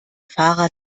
fahrrad